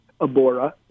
Abora